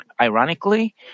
Ironically